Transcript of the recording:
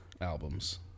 albums